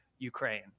Ukraine